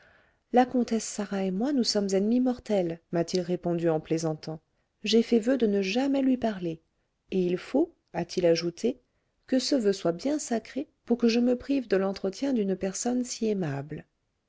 la comtesse sarah et moi nous sommes ennemis mortels m'a-t-il répondu en plaisantant j'ai fait voeu de ne jamais lui parler et il faut a-t-il ajouté que ce voeu soit bien sacré pour que je me prive de l'entretien d'une personne si aimable